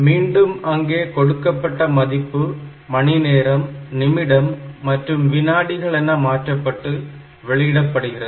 மீண்டும் அங்கே கொடுக்கப்பட்ட மதிப்பு மணி நேரம் நிமிடம் மற்றும் வினாடிகள் என மாற்றப்பட்டு வெளியிடப்படுகிறது